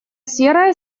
серая